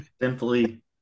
simply